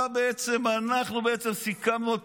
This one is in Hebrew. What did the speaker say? אנחנו בעצם סיכמנו,